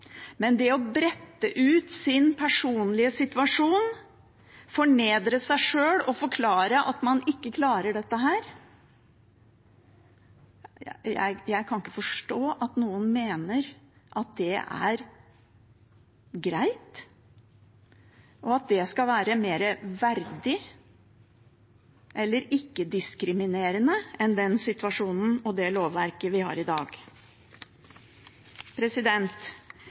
Men det å brette ut sin personlige situasjon, fornedre seg sjøl og forklare at man ikke klarer det – jeg kan ikke forstå at noen mener det er greit, og at det skal være mer verdig eller ikke-diskriminerende enn den situasjonen og det lovverket vi har i dag.